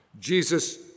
Jesus